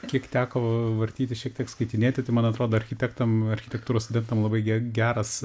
kiek teko vartyti šiek tiek skaitinėti tai man atrodo architektam architektūros studentam labai ge geras